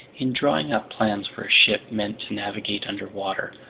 in drawing up plans for a ship meant to navigate underwater,